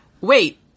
wait